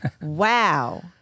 Wow